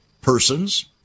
persons